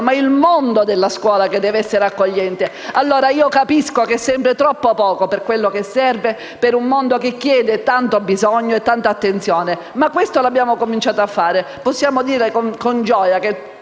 ma è il mondo della scuola che deve essere accogliente. Capisco che è sempre troppo poco, per tutto quello che serve e per un mondo che chiede ed ha tanto bisogno di attenzione. Ma questo abbiamo cominciato a farlo, e possiamo dire con gioia che